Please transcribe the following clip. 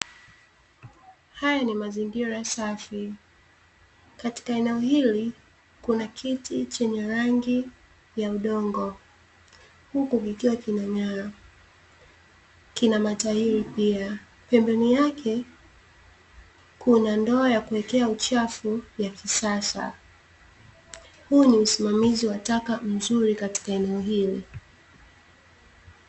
Haya ni mazingira safi. Katika eneo hili kuna kiti chenye rangi ya udongo huku kikiwa kinang’ara kina matairi pia, pembeni yake kuna ndoo ya kuwekea uchafu ya kisasa, huu ni msimamizi wa taka mzuri katika eneo hili.